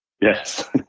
yes